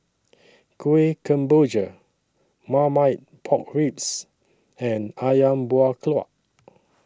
Kueh Kemboja Marmite Pork Ribs and Ayam Buah Keluak